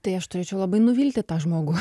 tai aš turėčiau labai nuvilti tą žmogų